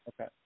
Okay